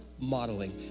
modeling